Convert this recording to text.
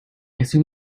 assume